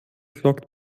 flockt